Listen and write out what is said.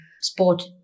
sport